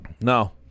No